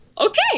okay